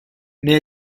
mais